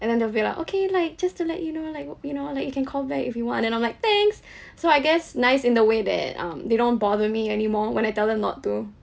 and then they'll be like okay like just to let you know like you know like you can call back if you want and I'm like thanks so I guess nice in the way that um they don't bother me any more when I tell them not to